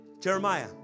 Jeremiah